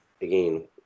again